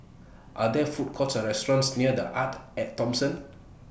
Are There Food Courts Or restaurants near The Arte At Thomson